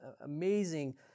amazing